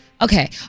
okay